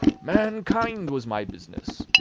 mankind was my business.